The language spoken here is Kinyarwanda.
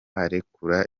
arekura